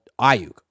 Ayuk